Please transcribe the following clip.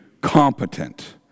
competent